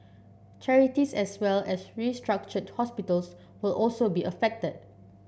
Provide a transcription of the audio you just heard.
charities as well as restructured hospitals will also be affected